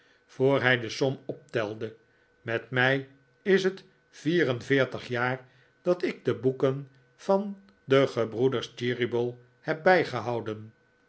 voor hij de som optelde met mei is het vier en veertig jaar dat ik de boeken van de gebroeders cheeryble heb bijgehouden